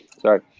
Sorry